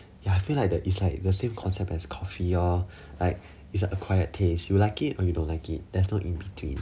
ya I feel like the is like the same concept as coffee lor like is a acquired taste you like it or you don't like it there's no in between